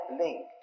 linked